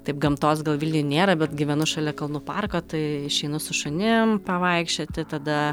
taip gamtos gal vilniuj nėra bet gyvenu šalia kalnų parko tai išeinu su šunim pavaikščioti tada